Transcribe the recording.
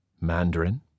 Mandarin